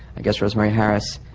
i guess, rosemary harris.